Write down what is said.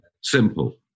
simple